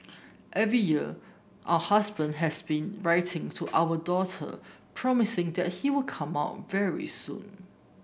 every year husband has been writing to our daughter promising that he will come out very soon